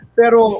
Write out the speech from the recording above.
pero